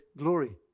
glory